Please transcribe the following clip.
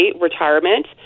retirement